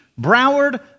Broward